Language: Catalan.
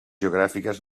geogràfiques